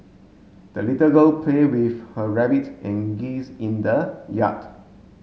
the little girl play with her rabbit and geese in the yard